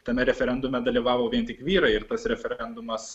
tame referendume dalyvavo vien tik vyrai ir tas referendumas